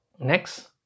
next